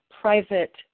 private